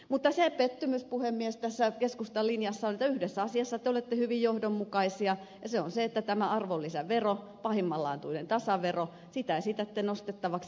mutta se pettymys puhemies tässä keskustan linjassa on että yhdessä asiassa te olette hyvin johdonmukaisia ja se on se että tätä arvonlisäveroa pahimmanlaatuista tasaveroa esitätte nostettavaksi